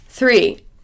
Three